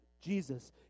Jesus